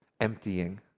emptying